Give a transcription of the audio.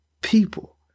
people